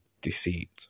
deceit